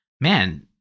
man